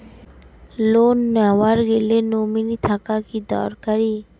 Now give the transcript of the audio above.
Loan নেওয়ার গেলে nominee থাকা কি দরকারী?